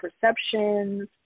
perceptions